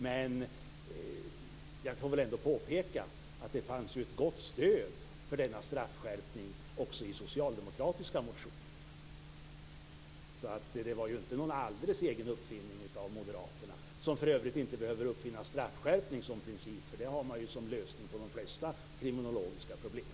Men jag får ändå påpeka att det fanns ett gott stöd för denna straffskärpning också i socialdemokratiska motioner, så det var inte någon alldeles egen uppfinning av moderaterna, som för övrigt inte behöver uppfinna straffskärpning som princip, för det har de som lösning på de flesta kriminologiska problem.